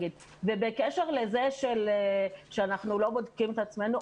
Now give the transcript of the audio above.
בקשר לזה שאנחנו לא בודקים את עצמנו,